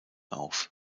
auf